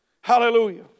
Hallelujah